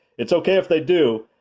it's okay if they do,